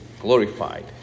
glorified